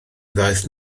ddaeth